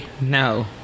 No